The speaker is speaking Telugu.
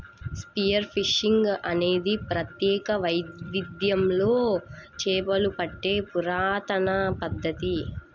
స్పియర్ ఫిషింగ్ అనేది ప్రత్యేక వైవిధ్యంతో చేపలు పట్టే పురాతన పద్ధతి